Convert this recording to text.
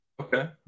okay